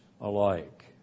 alike